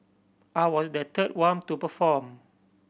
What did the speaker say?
I was the third one to perform